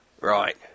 Right